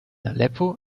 aleppo